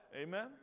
Amen